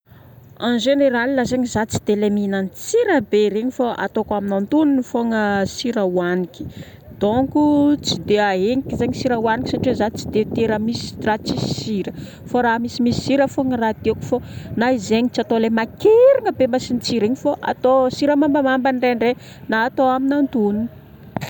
En général zagny za tsy dia le mihignan-tsira be regny fô ataoko antonony fogna sira hohagniky. Donko tsy dia ahegnako zagny sira hohagniko satria za tsy dia tia raha tsisy sira fô raha misimisy sira fogna raha tiako fô na izy zegny tsy atao an'ilay makirina be masintsira igny fô atao sira mambamabany ndraindray na atao amin'ny antonony.